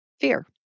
Fear